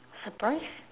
surprise